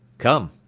come.